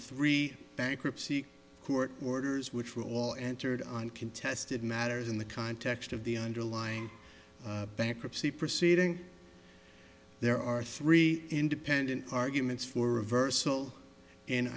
three bankruptcy court orders which were all answered on contested matters in the context of the underlying bankruptcy proceeding there are three independent arguments for reversal in